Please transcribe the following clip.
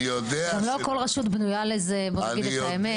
גם לא כל רשות בנויה לזה, בואו נגיד את האמת.